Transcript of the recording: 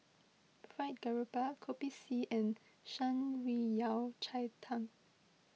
Fried Garoupa Kopi C and Shan Rui Yao Cai Tang